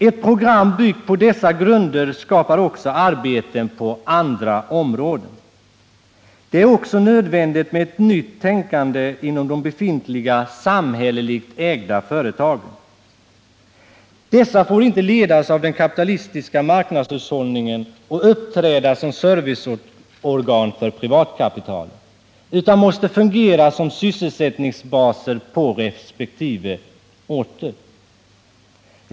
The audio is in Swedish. Ett program som bygger på dessa grunder skapar också arbeten på andra områden. 87 Det är vidare nödvändigt att man inom de befintliga samhälleligt ägda företagen tänker om. Dessa får inte ledas av den kapitalistiska marknadshushållningen och uppträda som serviceorgan åt privatkapitalet, utan de måste fungera som sysselsättningsbaser på resp. orter.